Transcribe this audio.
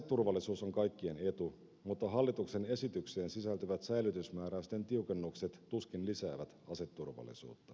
aseturvallisuus on kaikkien etu mutta hallituksen esitykseen sisältyvät säilytysmääräysten tiukennukset tuskin lisäävät aseturvallisuutta